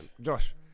Josh